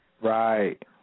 Right